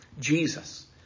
Jesus